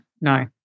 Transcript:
no